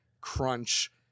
Crunch